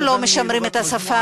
אם לא משמרים את השפה,